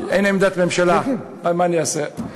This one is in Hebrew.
אין עמדת ממשלה, מה אני אעשה.